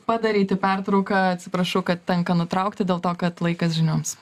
padaryti pertrauką atsiprašau kad tenka nutraukti dėl to kad laikas žinioms